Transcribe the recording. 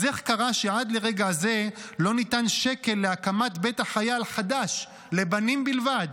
אז איך קרה שעד לרגע זה לא ניתן שקל להקמת בית החייל חדש לבנים בלבד?